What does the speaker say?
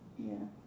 ya